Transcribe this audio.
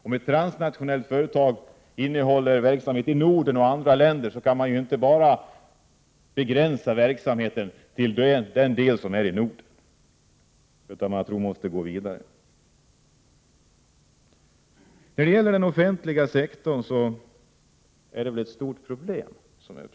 Om ett transnationellt företag har verksamhet i Norden och i andra länder, kan man inte begränsa verksamheten till den del som finns i Norden utan man måste gå vidare. När det gäller den offentliga sektorn uppstår ett stort problem.